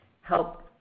help